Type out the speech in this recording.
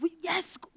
Yes